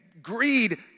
Greed